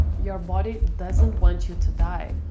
your body doesn't want you to die,